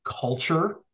culture